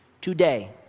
today